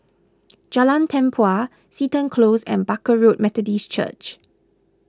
Jalan Tempua Seton Close and Barker Road Methodist Church